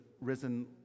risen